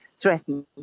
threatened